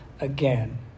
again